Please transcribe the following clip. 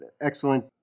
Excellent